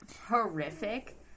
horrific